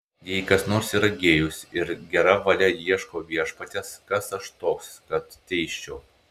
jei kas nors yra gėjus ir gera valia ieško viešpaties kas aš toks kad teisčiau